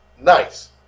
nice